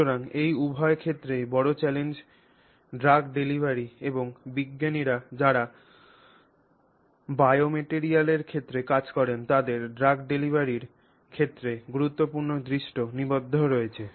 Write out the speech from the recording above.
সুতরাং এই উভয় ক্ষেত্রেই বড় চ্যালেঞ্জ ড্রাগ ডেলিভারি এবং বিজ্ঞানীরা যারা বায়োমেটরিয়ালের ক্ষেত্রে কাজ করেন তাদের ড্রাগ ডেলিভারির ক্ষেত্রে গুরুত্বপূর্ণ দৃষ্টি নিবদ্ধ রয়েছে